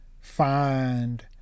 find